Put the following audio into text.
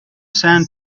sand